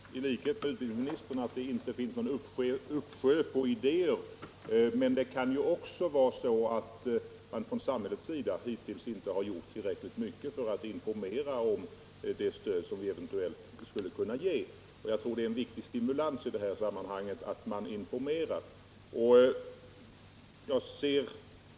Herr talman! Jag tror i likhet med utbildningsministern att det inte finns någon uppsjö av idéer, men det kan också vara så att man från samhällets sida hittills inte har gjort tillräckligt mycket för att informera om det stöd som eventuellt skulle kunna ges. Jag tror det är en viktig stimulans i detta sammanhang att man informerar.